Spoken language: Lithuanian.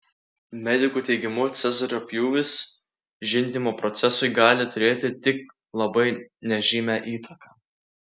medikų teigimu cezario pjūvis žindymo procesui gali turėti tik labai nežymią įtaką